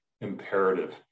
imperative